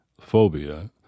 phobia